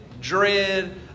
dread